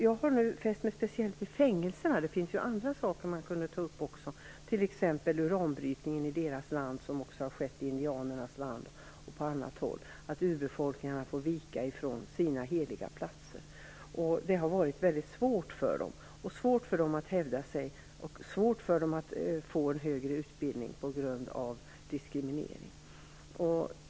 Jag har nu fäst mig speciellt vid fängelser; det finns ju andra saker man kan ta upp, t.ex. uranbrytningen i deras land, som också har skett i indianernas land och på annat håll, som innebär att urbefolkningarna får vika från sina heliga platser. Det har varit väldigt svårt för dem bl.a. att hävda sig, att få en högre utbildning, på grund av diskriminering.